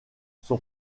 son